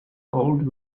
old